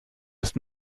ist